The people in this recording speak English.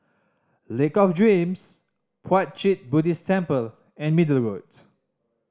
Lake of Dreams Puat Jit Buddhist Temple and Middle Road